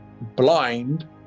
blind